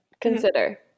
Consider